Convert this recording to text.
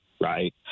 right